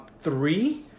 three